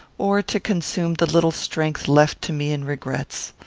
or to consume the little strength left to me in regrets.